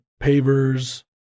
pavers